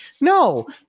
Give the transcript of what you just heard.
No